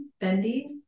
bendy